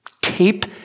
tape